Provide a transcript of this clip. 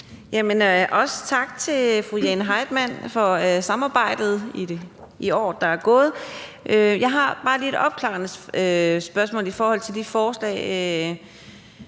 også tak til fru Jane Heitmann for samarbejdet i året, der er gået. Jeg har bare lige et opklarende spørgsmål i forhold til de forslag,